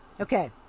Okay